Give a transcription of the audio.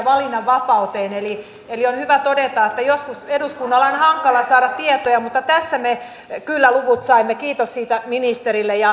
eli on hyvä todeta että joskus eduskunnan on hankala saada tietoja mutta tässä me kyllä luvut saimme kiitos siitä ministerille ja hallitukselle